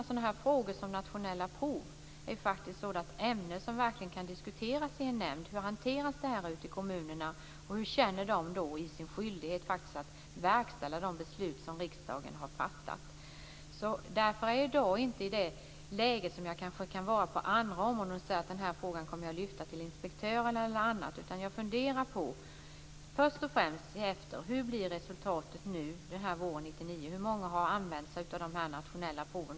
Sådana frågor som nationella prov är ju just ett ämne som kan diskuteras i en nämnd. Hur hanteras detta i kommunerna? Hur känner de när det gäller deras skyldighet att verkställa de beslut som riksdagen har fattat? Jag kan därför inte, som i en del andra frågor, säga att jag kan lyfta frågan till inspektörer eller dylikt, utan jag funderar först och främst över att se efter hur resultatet blir våren 1999. Hur många har använt sig av de nationella proven?